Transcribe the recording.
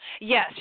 Yes